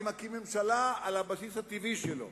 אני מקים ממשלה על הבסיס הטבעי שלו.